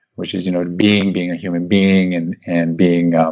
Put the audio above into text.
which is you know being, being a human being and and being